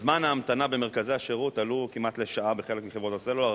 זמן ההמתנה במרכזי השירות עלה כמעט לשעה בחלק מחברות הסלולר,